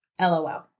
LOL